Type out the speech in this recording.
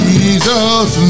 Jesus